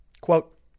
Quote